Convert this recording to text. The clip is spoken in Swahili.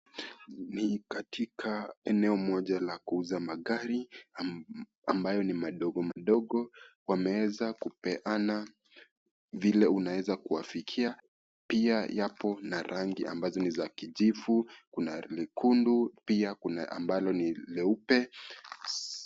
Ni katika eneo moja la kuuza magari ambayo ni madogo madogo. Wameweza kupeana vile ambavyo unaweza kuwafikia. Pia yako na rangi ambazo ni za kijivu, kuna nyekundu, pia kuna ambalo ni leupe.